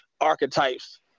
archetypes